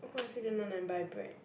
who ask you just now never buy bread